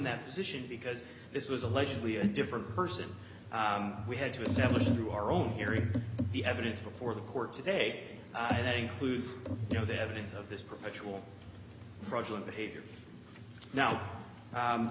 that position because this was allegedly a different person we had to establish through our own hearing the evidence before the court today and that includes you know the evidence of this perpetual behavior now